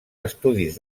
estudis